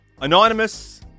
anonymous